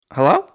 Hello